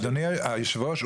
אדוני יושב הראש,